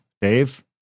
Dave